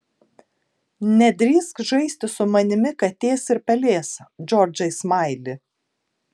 nedrįsk žaisti su manimi katės ir pelės džordžai smaili